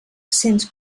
cents